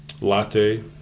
latte